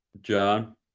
John